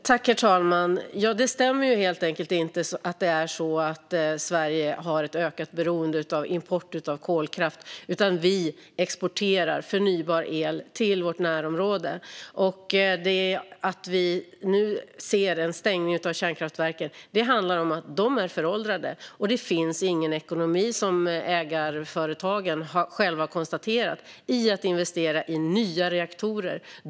Herr talman! Det stämmer helt enkelt inte att Sverige har ett ökat beroende av import av kolkraft, utan vi exporterar förnybar el till vårt närområde. Att vi nu ser en stängning av kärnkraftverken handlar om att de är föråldrade. Det finns ingen ekonomi, vilket ägarföretagen själva har konstaterat, i att investera i nya reaktorer.